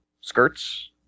skirts